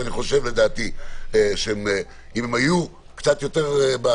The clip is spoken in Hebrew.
אבל אני חושב שאם הם היו יותר נוכחים בדיונים כל הזמן